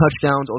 touchdowns